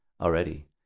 already